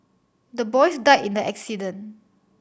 the boys died in the accident